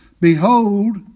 Behold